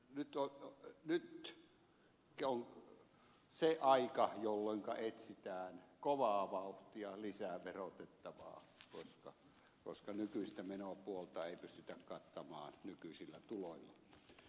nyt on se aika jolloinka etsitään kovaa vauhtia lisää verotettavaa koska nykyistä menopuolta ei pystytä kattamaan nykyisillä tuloilla